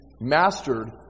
mastered